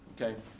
okay